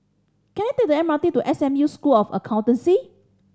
can I take the M R T to S M U School of Accountancy